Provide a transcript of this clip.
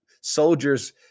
soldier's